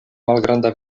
malgranda